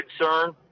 concern